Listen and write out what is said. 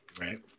Right